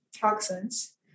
toxins